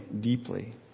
deeply